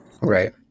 Right